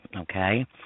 Okay